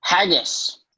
Haggis